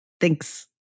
Thanks